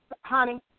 honey